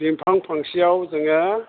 बिफां फांसेयाव जोङो